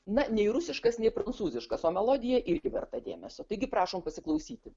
na nei rusiškas nei prancūziškas o melodija irgi verta dėmesio taigi prašom pasiklausyti